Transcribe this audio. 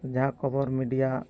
ᱡᱟᱦᱟᱸ ᱠᱷᱚᱵᱚᱨ ᱢᱤᱰᱤᱭᱟ